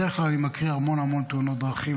בדרך כלל אני מקריא המון המון תאונות דרכים,